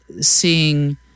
seeing